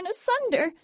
asunder